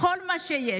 כל מה שיש.